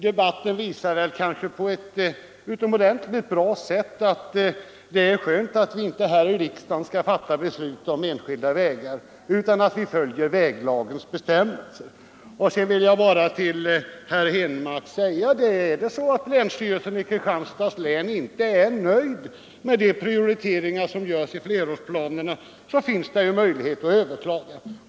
Detta visar på ett utomordentligt sätt att det är skönt att vi inte här i riksdagen skall fatta beslut om den ena eller andra vägen, utan har att följa väglagens bestämmelser. Sedan vill jag till herr Henmark säga att om länsstyrelsen i Kristianstads län inte är nöjd med de prioriteringar som görs i flerårsplanerna, finns det möjlighet att överklaga.